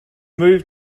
move